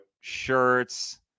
shirts